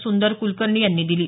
सुंदर कुलकर्णी यांनी दिली आहे